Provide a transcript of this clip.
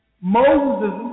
Moses